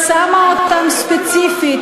מדינת ישראל שמה אותם ספציפית,